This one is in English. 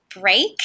break